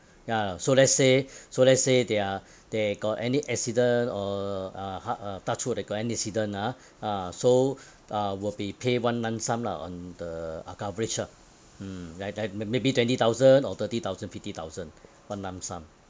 ya so let's say so let's say they are they got any accident or uh ha~ uh touch wood they got any incident ah ah so uh will be pay one lump sum lah on the uh coverage ah mm like like ma~ maybe twenty thousand or thirty thousand fifty thousand one lump sum